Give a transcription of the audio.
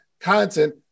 content